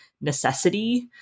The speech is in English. necessity